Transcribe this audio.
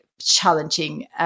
challenging